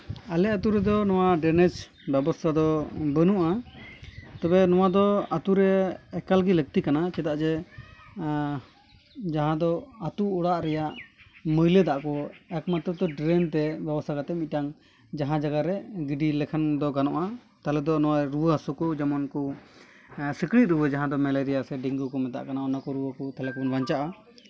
ᱟᱞᱮ ᱟᱛᱳ ᱨᱮᱫᱚ ᱱᱚᱣᱟ ᱰᱮᱱᱮᱥ ᱵᱮᱵᱚᱥᱛᱷᱟ ᱫᱚ ᱵᱟᱹᱱᱩᱜᱼᱟ ᱛᱚᱵᱮ ᱱᱚᱣᱟ ᱫᱚ ᱟᱛᱳ ᱨᱮ ᱮᱠᱟᱞ ᱜᱮ ᱞᱟᱹᱠᱛᱤ ᱠᱟᱱᱟ ᱪᱮᱫᱟᱜ ᱡᱮ ᱡᱟᱦᱟᱸ ᱫᱚ ᱟᱛᱳ ᱚᱲᱟᱜ ᱨᱮᱭᱟᱜ ᱢᱟᱹᱭᱞᱟᱹ ᱫᱚᱜ ᱠᱚ ᱮᱠᱢᱟᱛᱨᱚ ᱛᱚ ᱰᱨᱮᱹᱱ ᱛᱮ ᱵᱮᱵᱚᱥᱛᱟ ᱠᱟᱛᱮ ᱢᱤᱫᱴᱟᱝ ᱡᱟᱦᱟᱸ ᱡᱟᱭᱜᱟ ᱨᱮ ᱜᱤᱰᱤ ᱞᱮᱠᱷᱟᱱ ᱫᱚ ᱜᱟᱱᱚᱜᱼᱟ ᱛᱟᱦᱚᱞᱮ ᱫᱚ ᱱᱚᱣᱟ ᱨᱩᱣᱟᱹ ᱦᱟᱹᱥᱩ ᱠᱚ ᱡᱮᱢᱚᱱ ᱠᱚ ᱥᱤᱠᱬᱤᱡ ᱨᱩᱣᱟᱹ ᱡᱟᱦᱟᱸ ᱫᱚ ᱢᱮᱞᱮᱨᱤᱭᱟ ᱥᱮ ᱰᱮᱝᱜᱩ ᱢᱮᱛᱟᱜ ᱠᱟᱱᱟ ᱚᱱᱟ ᱠᱚ ᱨᱩᱣᱟᱹ ᱠᱷᱚᱱ ᱛᱟᱦᱚᱞᱮ ᱠᱷᱚᱱᱮᱢ ᱵᱟᱧᱪᱟᱜᱼᱟ